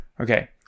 Okay